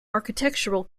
architectural